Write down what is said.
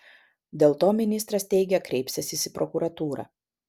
dėl to ministras teigė kreipsiąsis į prokuratūrą